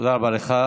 תודה רבה לך.